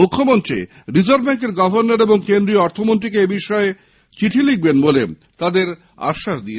মুখ্যমন্ত্রী রিজার্ভ ব্যাঙ্কের গভর্নর এবং কেন্দ্রীয় অর্থমন্ত্রীকে এবিষয়টি লিখবেন বলে তাদের আশ্বাস দিয়েছেন